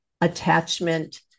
attachment